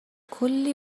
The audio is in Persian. کلی